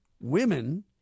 women